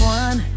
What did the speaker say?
one